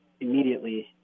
immediately